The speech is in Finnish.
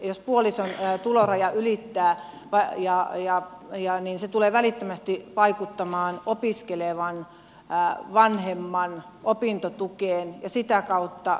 jos puolison tulorajan ylittää niin se tulee välittömästi vaikuttamaan opiskelevan vanhemman opintotukeen ja sitä kautta